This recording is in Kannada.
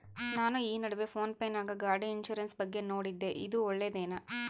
ನಾನು ಈ ನಡುವೆ ಫೋನ್ ಪೇ ನಾಗ ಗಾಡಿ ಇನ್ಸುರೆನ್ಸ್ ಬಗ್ಗೆ ನೋಡಿದ್ದೇ ಇದು ಒಳ್ಳೇದೇನಾ?